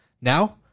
Now